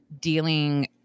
dealing